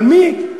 אבל מי,